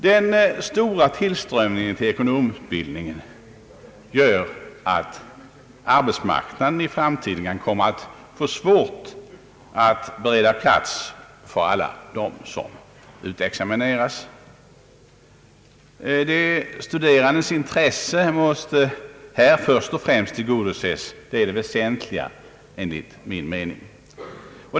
Den stora tillströmningen till ekonomutbildningen gör att arbetsmarknaden i framtiden kan komma att få svårt att bereda plats för alla dem som utexamineras. De studerandes intresse måste först och främst tillgodoses, det är enligt min mening det väsentliga.